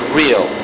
real